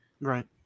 right